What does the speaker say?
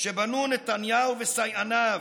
שבנו נתניהו וסייעניו: